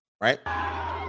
right